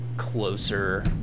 Closer